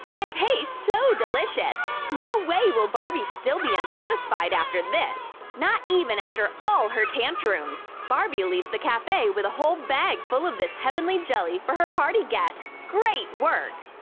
and tastes so delicious! no way will barbie still be unsatisfied after this! not even after all her tantrums! barbie leaves the cafe with a whole bag full of this heavenly jelly for her party guests! great work!